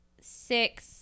six